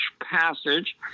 passage